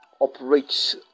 operates